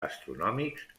astronòmics